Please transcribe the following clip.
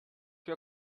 your